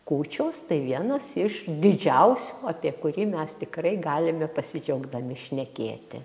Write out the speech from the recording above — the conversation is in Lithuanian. kūčios tai vienas iš didžiausių apie kurį mes tikrai galime pasidžiaugdami šnekėti